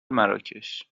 مراکش